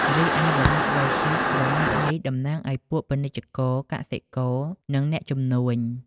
រីឯវណ្ណៈវៃស្យ វណ្ណៈនេះតំណាងឲ្យពួកពាណិជ្ជករ កសិករ និងអ្នកជំនួញ។